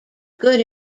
good